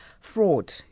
fraud